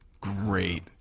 Great